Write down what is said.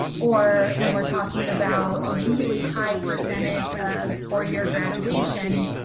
or when we're talking about a really high percentage of four-year graduation.